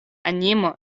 animo